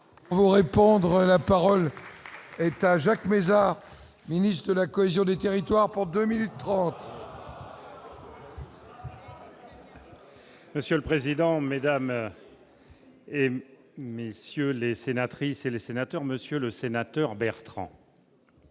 Pour répondre à la parole est à Jacques Mézard, ministre de la cohésion des territoires pour 2 minutes 30. Monsieur le président, Mesdames et messieurs les sénatrices et les sénateurs, monsieur le sénateur Bertrand.